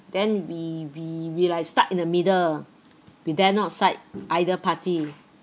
then we we like stuck in the middle we dare not side either party